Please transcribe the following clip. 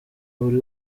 buri